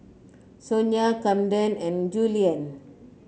Sonya Kamden and Julian